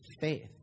faith